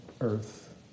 earth